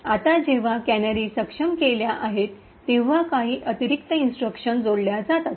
आता जेव्हा कॅनेरी सक्षम केल्या आहेत तेव्हा काही अतिरिक्त इन्स्ट्रक्शन जोडल्या जातात